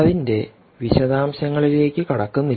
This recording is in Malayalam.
അതിന്റെ വിശദാംശങ്ങളിലേക്ക് കടക്കുന്നില്ല